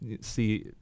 see